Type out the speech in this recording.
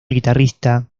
guitarrista